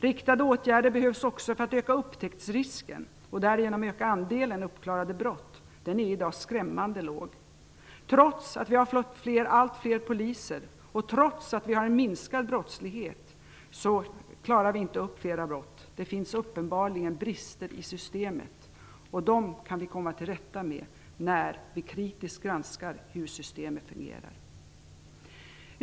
Riktade åtgärder behövs också för att öka upptäcktsrisken och därigenom öka andelen uppklarade brott. Denna är i dag skrämmande liten. Trots att vi har fått allt fler poliser och trots att vi har en minskad brottslighet klarar vi inte upp flera brott. Det finns uppenbarligen brister i systemet, och dem kan vi komma till rätta med när vi kritiskt granskar hur systemet fungerar.